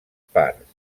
parts